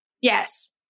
Yes